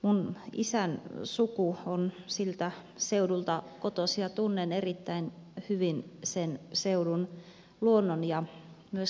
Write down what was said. minun isäni suku on siltä seudulta kotoisin ja tunnen erittäin hyvin sen seudun luonnon ja myöskin ihmiset